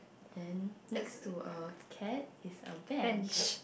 then next to a cat is a bench